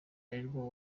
arirwo